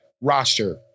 roster